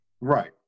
right